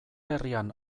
herrian